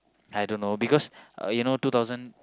I don't know because uh you know two thousand